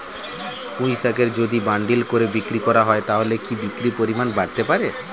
পুঁইশাকের যদি বান্ডিল করে বিক্রি করা হয় তাহলে কি বিক্রির পরিমাণ বাড়তে পারে?